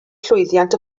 llwyddiant